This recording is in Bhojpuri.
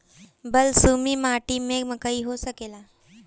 बलसूमी माटी में मकई हो सकेला?